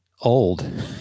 old